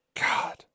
God